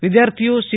વિદ્યાર્થીઓ સી